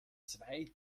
zwei